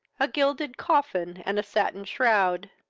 a gilded coffin and a satin shroud.